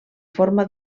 forma